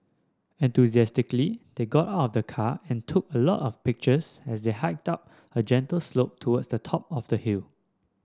enthusiastically they got out of the car and took a lot of pictures as they hiked up a gentle slope towards the top of the hill